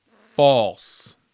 false